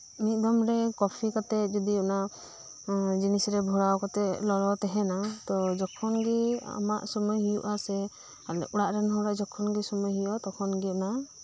ᱢᱤᱫ ᱫᱚᱢ ᱨᱮ ᱠᱚᱯᱷᱤ ᱠᱟᱛᱮᱫ ᱡᱩᱫᱤ ᱚᱱᱟ ᱡᱤᱱᱤᱥ ᱨᱮ ᱵᱷᱚᱨᱟᱣ ᱠᱟᱛᱮᱫ ᱞᱚᱞᱚ ᱛᱟᱦᱮᱱᱟ ᱛᱚ ᱡᱚᱠᱷᱚᱱ ᱜᱮ ᱟᱢᱟᱜ ᱥᱳᱢᱳᱭ ᱦᱳᱭᱳᱜᱼᱟ ᱥᱮ ᱟᱞᱮ ᱚᱲᱟᱜ ᱨᱮᱱ ᱦᱚᱲ ᱦᱚᱸ ᱡᱚᱠᱷᱚᱱ ᱜᱮ ᱥᱳᱢᱳᱭ ᱦᱳᱭᱳᱜᱼᱟ ᱛᱚᱠᱷᱚᱱ ᱜᱮ ᱚᱱᱟ